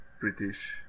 British